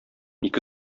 ике